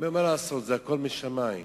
הוא אומר: מה לעשות, הכול משמים.